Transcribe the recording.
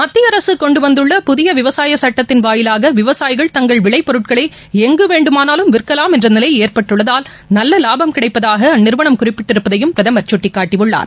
மத்திய அரசு கொண்டு வந்துள்ள புதிய விவசாய சுட்டத்தின் வாயிவாக விவசாயிகள் தங்கள் விளைபொருட்களை எங்கு வேண்டுமானாலும் விற்கலாம் என்ற நிலை ஏற்பட்டுள்ளதால் நல்ல வாபம் கிடைப்பதாக அந்நிறுவனம் குறிப்பிட்டிருப்பதையும் பிரதமர் சுட்டிக்காட்டினார்